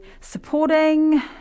supporting